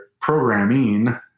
programming